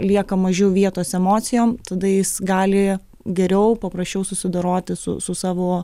lieka mažiau vietos emocijoms tada jis gali geriau paprasčiau susidoroti su su savo